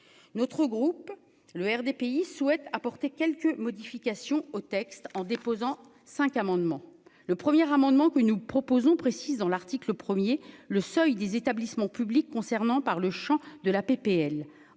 notre groupe le RDPI souhaite apporter quelques modifications au texte en déposant 5 amendements, le premier amendement que nous proposons, précise dans l'article 1er le seuil des établissements publics concernant par le chant de la PPL,